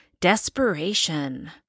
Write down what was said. Desperation